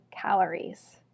calories